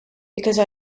because